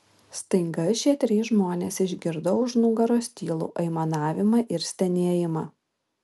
staiga šie trys žmonės išgirdo už nugaros tylų aimanavimą ir stenėjimą